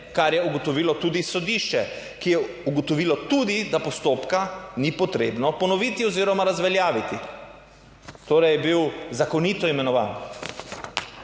kar je ugotovilo tudi sodišče, ki je ugotovilo tudi, da postopka ni potrebno ponoviti oziroma razveljaviti, torej je bil zakonito imenovan.